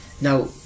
now